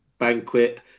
banquet